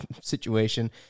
situation